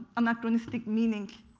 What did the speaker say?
anachronistic meaning